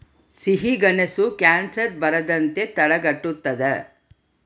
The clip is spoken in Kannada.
ಸಿಹಿಗೆಣಸು ಕ್ಯಾನ್ಸರ್ ಬರದಂತೆ ತಡೆಗಟ್ಟುತದ